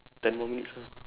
ten more minutes lah